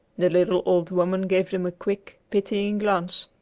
the little old woman gave them a quick, pitying glance.